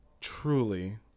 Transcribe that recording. truly